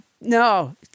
no